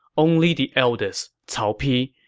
only the eldest, cao pi,